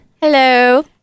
Hello